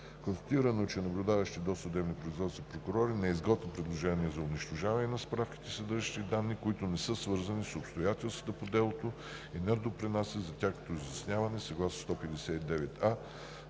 Констатирано е, че наблюдаващите досъдебни производства прокурори не изготвят предложения за унищожаване на справките, съдържащи данни, които не са свързани с обстоятелствата по делото и не допринасят за тяхното изясняване, съгласно чл.